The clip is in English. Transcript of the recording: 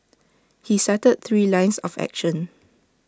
he cited three lines of action